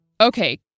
Okay